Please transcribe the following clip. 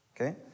Okay